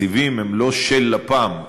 התקציבים הם לא של לפ"מ,